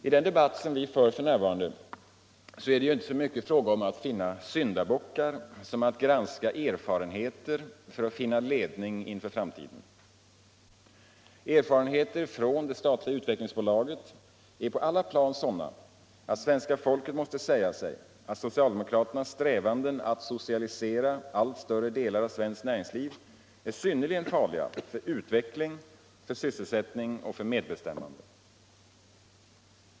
I den debatt som vi för i dag är det inte så mycket fråga om att hitta syndabockar som att granska erfarenheter för att finna ledning inför framtiden. Erfarenheterna från det statliga Utvecklingsaktiebolaget är på alla plan sådana att svenska folket måste säga sig att socialdemokraternas strävanden att socialisera allt större delar av svenskt näringsliv är synnerligen farliga för utveckling, för sysselsättning och för medbestämmande.